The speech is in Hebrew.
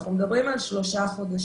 אנחנו מדברים על שלושה חודשים.